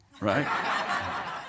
right